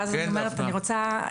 אני רוצה,